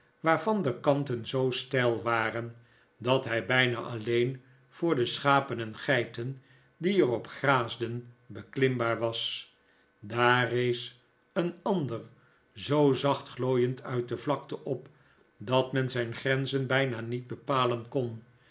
waarvan de kanten zoo steil waren dat hij bijna alleen voor de schapen en geiten die er op graasden beklimbaar was daar rees een ander zoo zacht glooiend uit de vlakte op dat men zijn grenzen bijna niet bepalen kon